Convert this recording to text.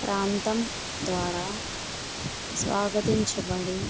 ప్రాంతం ద్వారా స్వాగతించబడి